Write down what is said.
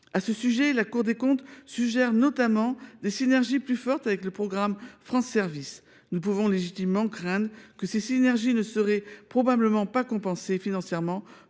À ce sujet, la Cour des comptes suggère, notamment, des synergies plus fortes avec le programme France Services. Nous craignons légitimement que ces dernières ne soient probablement pas compensées financièrement